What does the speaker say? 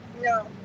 No